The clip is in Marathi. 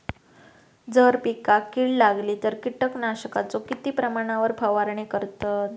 जर पिकांका कीड लागली तर कीटकनाशकाचो किती प्रमाणावर फवारणी करतत?